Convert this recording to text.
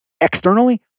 externally